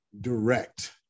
direct